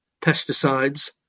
pesticides